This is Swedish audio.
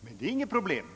Men det är inget problem,